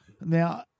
now